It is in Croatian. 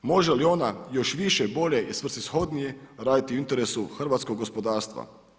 Može li ona još više, bolje i svrsishodnije raditi u interesu hrvatskog gospodarstva?